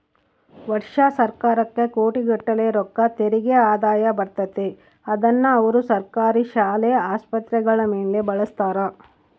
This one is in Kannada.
ವರ್ಷಾ ಸರ್ಕಾರಕ್ಕ ಕೋಟಿಗಟ್ಟಲೆ ರೊಕ್ಕ ತೆರಿಗೆ ಆದಾಯ ಬರುತ್ತತೆ, ಅದ್ನ ಅವರು ಸರ್ಕಾರಿ ಶಾಲೆ, ಆಸ್ಪತ್ರೆಗಳ ಮೇಲೆ ಬಳಸ್ತಾರ